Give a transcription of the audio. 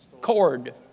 Cord